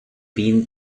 been